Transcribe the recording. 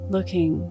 Looking